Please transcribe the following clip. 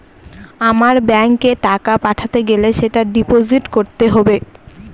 আমার ব্যাঙ্কে টাকা পাঠাতে গেলে সেটা ডিপোজিট করতে হবে